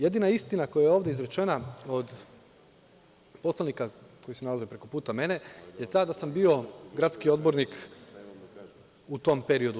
Jedina istina koja je ovde izrečena od poslanika koji se nalaze preko puta mene je ta da sam bio gradski odbornik u tom periodu.